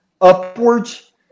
upwards